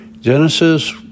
Genesis